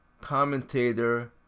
commentator